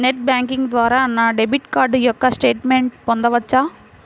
Net banking ద్వారా నా debit card యొక్క స్టేట్మెంట్ పొందవచ్చా?